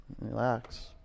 relax